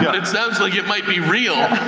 yeah it sounds like it might be real.